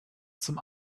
zum